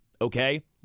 Okay